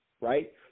right